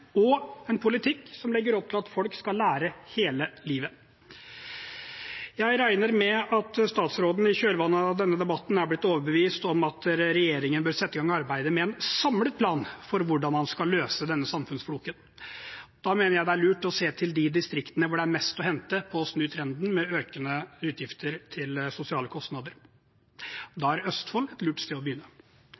og en politikk som legger opp til at folk skal lære hele livet. Jeg regner med at statsråden i kjølvannet av denne debatten er blitt overbevist om at regjeringen bør sette i gang arbeidet med en samlet plan for hvordan han skal løse denne samfunnsfloken. Da mener jeg det er lurt å se til de distriktene hvor det er mest å hente på å snu trenden med økende utgifter til sosiale kostnader. Da er Østfold et lurt sted å begynne.